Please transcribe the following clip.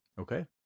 Okay